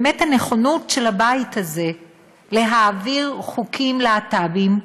באמת, הנכונות של הבית הזה להעביר חוקים להט"ביים,